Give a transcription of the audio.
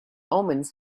omens